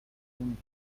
میکنم